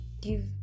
give